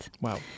wow